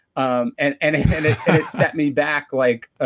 um and and it set me back like